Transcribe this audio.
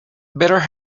better